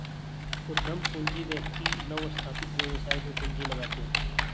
उद्यम पूंजी व्यक्ति नवस्थापित व्यवसाय में पूंजी लगाते हैं